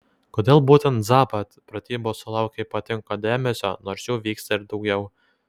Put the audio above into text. kodėl būtent zapad pratybos sulaukia ypatingo dėmesio nors jų vyksta ir daugiau